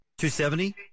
270